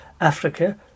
Africa